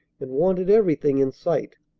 and wanted everything in sight.